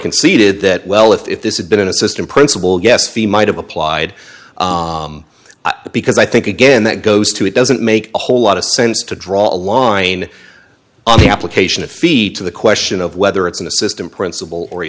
conceded that well if this had been an assistant principal yes fee might have applied but because i think again that goes to it doesn't make a whole lot of sense to draw a line on the application of feet to the question of whether it's an assistant principal or a